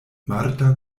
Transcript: marta